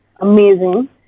Amazing